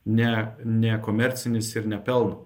ne nekomercinis ir ne pelno